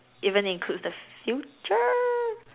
even includes the future